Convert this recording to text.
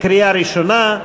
לקריאה ראשונה.